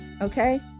okay